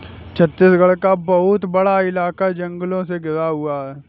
छत्तीसगढ़ का बहुत बड़ा इलाका जंगलों से घिरा हुआ है